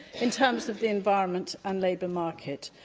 in terms of the environment and labour market.